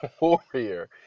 warrior